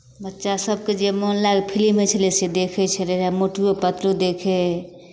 बच्चासभके जे मोन लायक फिलिम होइ छलै से देखै छलै रहए मोटुओ पतलू देखै हइ